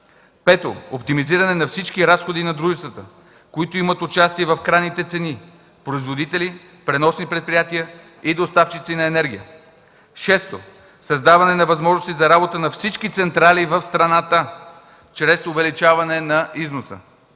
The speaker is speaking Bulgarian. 5. Оптимизиране на всички разходи на дружествата, които имат участие в крайните цени – производители, преносни предприятия и доставчици на енергия; 6. Създаване на възможности за работа на всички централи в страната чрез увеличаване на износа;